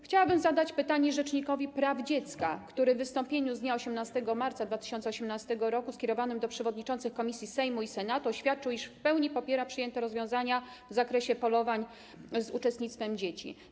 Chciałabym zadać pytanie rzecznikowi praw dziecka, który w wystąpieniu z dnia 18 marca 2018 r. skierowanym do przewodniczących komisji Sejmu i Senatu oświadczył, iż w pełni popiera przyjęte rozwiązania w zakresie polowań z uczestnictwem dzieci.